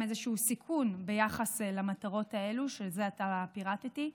איזה סיכון ביחס למטרות האלה שזה עתה פירטתי,